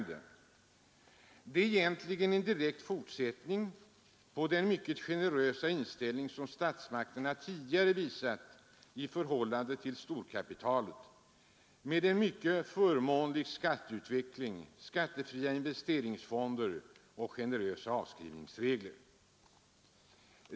Det är egentligen en direkt fortsättning på den mycket generösa inställning som statsmakterna tidigare visat i förhållande till storkapitalet och som inneburit en mycket förmånlig skatteutveckling, skattefria investeringsfonder och generösa avskrivningsregler.